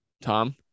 Tom